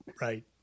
Right